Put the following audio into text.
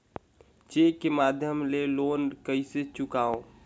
Cheque के माध्यम ले लोन कइसे चुकांव?